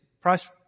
price